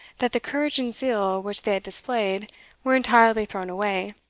that the courage and zeal which they had displayed were entirely thrown away,